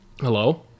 Hello